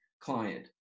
client